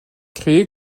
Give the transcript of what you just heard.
créé